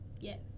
Yes